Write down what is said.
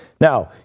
Now